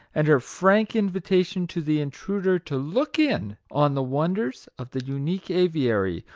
and her frank invitation to the intruder to look in on the wonders of the unique aviary,